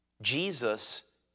Jesus